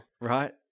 Right